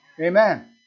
Amen